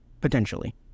potentially